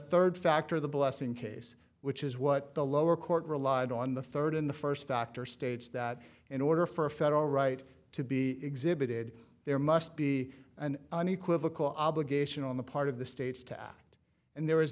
third factor the blessing case which is what the lower court relied on the third in the first factor states that in order for a federal right to be exhibited there must be an unequivocal obligation on the part of the states to act and there